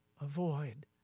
avoid